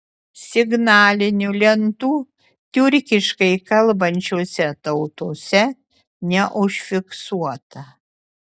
signalinių lentų tiurkiškai kalbančiose tautose neužfiksuota